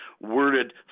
worded